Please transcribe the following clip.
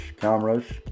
cameras